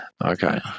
okay